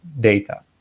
data